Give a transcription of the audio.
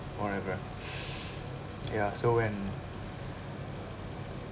whatever ya so when